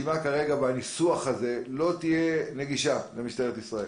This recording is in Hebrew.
בניסוח הזה לא תהיה נגישה למשטרת ישראל.